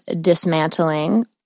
dismantling